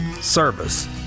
service